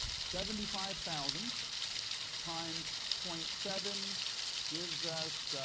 seventy-five thousand times point seven gives us,